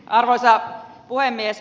arvoisa puhemies